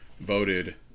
voted